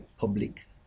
public